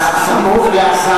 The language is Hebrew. מה זאת אומרת לכתוב מכתב?